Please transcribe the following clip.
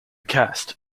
cast